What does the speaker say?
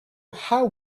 how